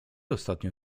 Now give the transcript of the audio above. ostatnio